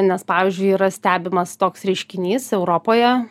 nes pavyzdžiui yra stebimas toks reiškinys europoje